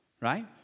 right